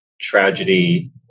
tragedy